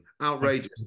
Outrageous